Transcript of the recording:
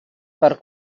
per